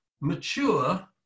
mature